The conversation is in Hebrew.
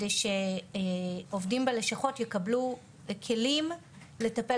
על מנת שעובדים בלשכות הסיעוד יקבלו כלים לטיפול